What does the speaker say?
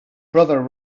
brother